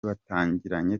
batangiranye